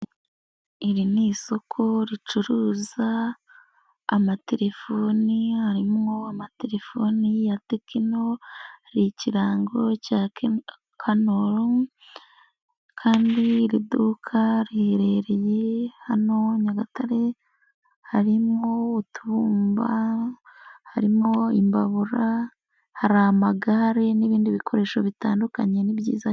Iri ni isoko ricuruza amatelefoni harimwo amatelefoni ya tekino ikirango cya kanolo kandi iri duka riherereye hano Nyagatare, harimo utubumba harimwo imbabura, hari amagare n'ibindi bikoresho bitandukanye ni byiza.